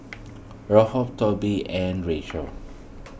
Tobie and Rachel